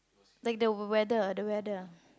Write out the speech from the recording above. like the weather the weather